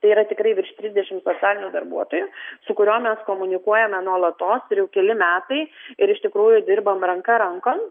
tai yra tikrai virš trisdešim socialinių darbuotojų su kuriom mes komunikuojame nuolatos ir jau keli metai ir iš tikrųjų dirbam ranka rankon